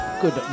good